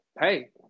Hey